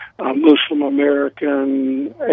Muslim-American